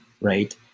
right